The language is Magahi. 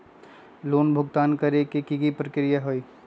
लोन भुगतान करे के की की प्रक्रिया होई?